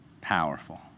powerful